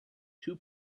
two